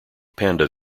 panda